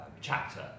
chapter